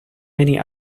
many